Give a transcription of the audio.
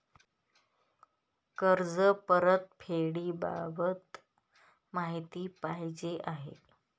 कर्ज परतफेडीबाबत माहिती पाहिजे आहे